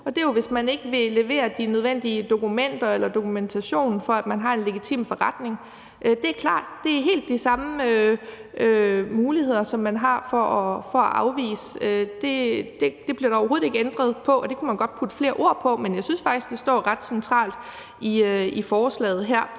og det er, hvis man ikke vil levere de nødvendige dokumenter eller dokumentation for, at man har en legitim forretning. Det er klart, at det er helt de samme muligheder, man har for at afvise. Det bliver der overhovedet ikke ændret på. Det kunne man godt putte flere ord på, men jeg synes faktisk, det står ret centralt i forslaget her.